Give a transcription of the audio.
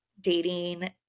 dating